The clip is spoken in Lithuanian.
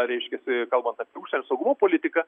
reiškiasi kalbant apie užsienio saugumo politiką